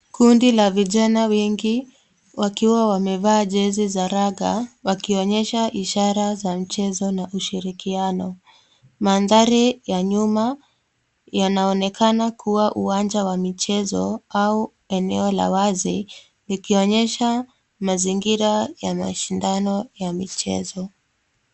Kundi la vijana wengi wakiwa wameveaa jezi za raga, wakionyesha ishara za mchezo na ushirikiano. Mandhari ya nyuma yanaonekana kuwa uwanja wa michezo au eneo la wazi, likionyesha mazingira ya mashindano ya michezo.